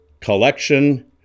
collection